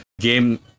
game